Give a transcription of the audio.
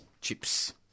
chips